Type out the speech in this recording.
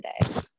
today